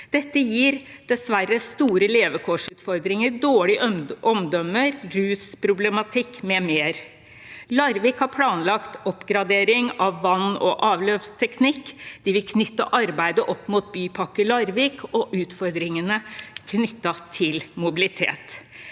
Dette gir dessverre store levekårsutfordringer, dårlig omdømme, rusproblematikk, m.m. Larvik har planlagt oppgradering av vann- og avløpsanlegg, og de vil knytte arbeidet opp mot Bypakke Larvik og utfordringene knyttet til mobilitet.